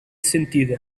sentito